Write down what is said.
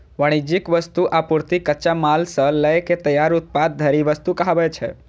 वाणिज्यिक वस्तु, आपूर्ति, कच्चा माल सं लए के तैयार उत्पाद धरि वस्तु कहाबै छै